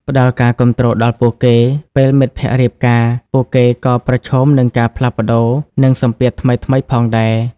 ផ្តល់ការគាំទ្រដល់ពួកគេ ពេលមិត្តភក្តិរៀបការ ពួកគេក៏ប្រឈមនឹងការផ្លាស់ប្តូរ និងសម្ពាធថ្មីៗផងដែរ។